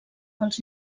pels